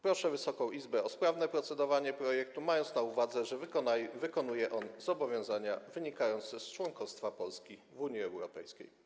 Proszę Wysoką Izbę o sprawne procedowanie nad projektem, mając na uwadze to, że wykonuje on zobowiązania wynikające z członkostwa Polski w Unii Europejskiej.